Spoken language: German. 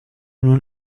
nun